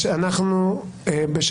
על מה?